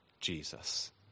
Jesus